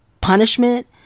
punishment